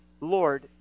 Lord